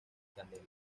candela